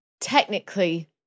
Technically